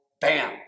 Bam